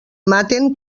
maten